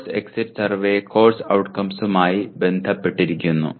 course exit survey course ഔട്ട്കംസുമായി ബന്ധപ്പെട്ടിരിക്കുന്നു